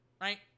right